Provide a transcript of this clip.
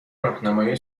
راهنمای